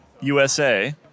USA